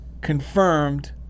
confirmed